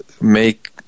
make